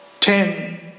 Ten